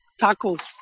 tacos